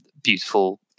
beautiful